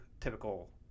typical –